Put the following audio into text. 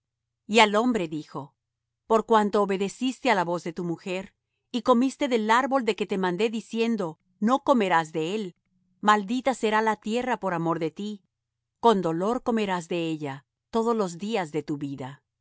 y al hombre dijo por cuanto obedeciste á la voz de tu mujer y comiste del árbol de que te mandé diciendo no comerás de él maldita será la tierra por amor de ti con dolor comerás de ella todos los días de tu vida